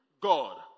God